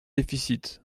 déficits